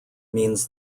means